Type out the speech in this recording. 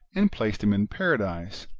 and placed him in paradise,